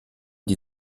die